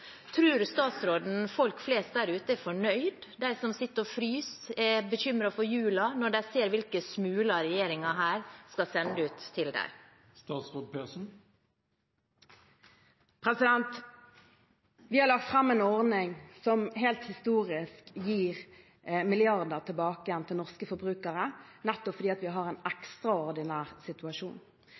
statsråden folk flest der ute er fornøyd? De som sitter og fryser, er bekymret for julen når de ser hvilke smuler regjeringen skal sende ut til dem. Vi har lagt fram en ordning som helt historisk gir milliarder tilbake igjen til norske forbrukere, nettopp fordi vi har en ekstraordinær situasjon.